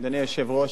אדוני היושב-ראש,